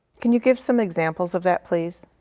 can you give some examples of that please?